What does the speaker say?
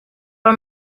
for